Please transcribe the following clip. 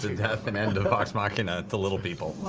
death and end of vox machina to little people.